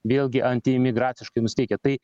vėlgi antiimigraciškai nusiteikę tai